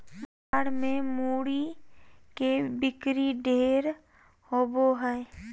बाजार मे मूरी के बिक्री ढेर होवो हय